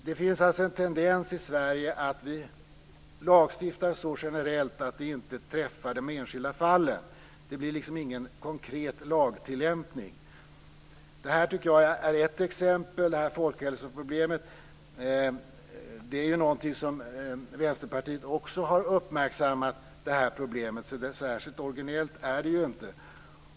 Det finns en tendens i Sverige att vi lagstiftar så generellt att det inte träffar de enskilda fallen. Det blir liksom ingen konkret lagtillämpning. Det här folkhälsoproblemet tycker jag är ett exempel. Det är någonting som Vänsterpartiet också har uppmärksammat, så särskilt originellt är det inte.